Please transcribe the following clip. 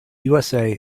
usa